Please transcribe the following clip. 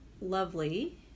lovely